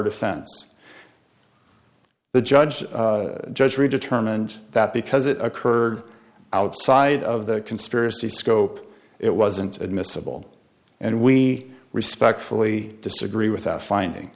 defense the judge judge read a term and that because it occurred outside of the conspiracy scope it wasn't admissible and we respectfully disagree without finding